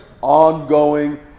ongoing